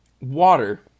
water